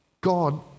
God